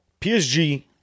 PSG